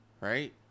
right